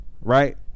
right